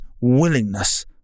willingness